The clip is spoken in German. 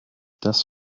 das